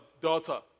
daughter